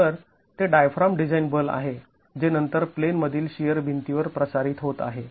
तर ते diaphragm design बल आहे जे नंतर प्लेनमधील शिअर भिंतीवर प्रसारित होत आहे